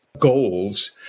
goals